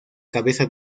cabeza